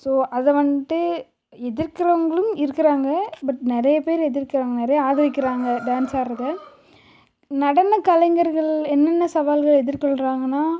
so அதை வந்துட்டு எதிர்க்கிறவங்களும் இருக்கிறாங்க பட் நிறைய பேர் எதிர்க்கிறாங்க நிறைய ஆதரிக்கிறாங்க டான்ஸ் ஆடறதை நடனக்கலைஞர்கள் என்னனென்ன சவால்களை எதிர்கொள்றாங்கனால்